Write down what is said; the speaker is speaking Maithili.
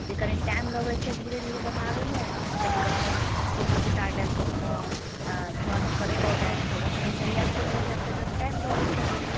जे कनी टाइम लगैत छै धीरे धीरे बनाबयमे कनी कखनो चूल्हा बुता गेल कखनो धुँआ धक्कर भऽ गेल तऽ ओकरासभके सरियबिते सरियबिते कनी टाइम लगैत छलैए